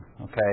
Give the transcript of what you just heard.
Okay